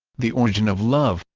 the origin of love,